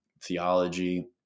theology